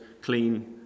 clean